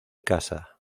casa